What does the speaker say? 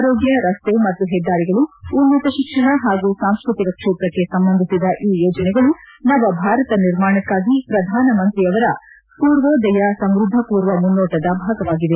ಆರೋಗ್ಲ ರಸ್ತೆ ಮತ್ತು ಹೆದ್ದಾರಿಗಳು ಉನ್ನತ ಶಿಕ್ಷಣ ಹಾಗೂ ಸಾಂಸ್ಟ್ರತಿಕ ಕ್ಷೇತ್ರಕ್ಷೆ ಸಂಬಂಧಿಸಿದ ಈ ಯೋಜನೆಗಳು ನವ ಭಾರತ ನಿರ್ಮಾಣಕ್ಕಾಗಿ ಪ್ರಧಾನ ಮಂತ್ರಿಯವರ ಪೂರ್ವೋದಯ ಸಮೃದ್ದ ಪೂರ್ವ ಮುನ್ನೋಟದ ಭಾಗವಾಗಿವೆ